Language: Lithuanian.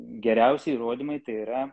geriausi įrodymai tai yra